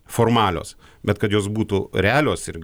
formalios bet kad jos būtų realios ir